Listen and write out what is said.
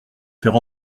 faire